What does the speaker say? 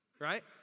right